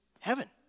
Heaven